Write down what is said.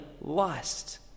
lust